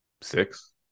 Six